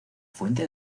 fuente